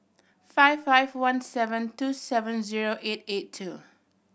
five five one seven two seven zero eight eight two